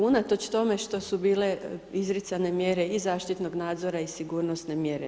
Unatoč tome što su bile izricane mjere i zaštitnog nadzora i sigurnosne mjere.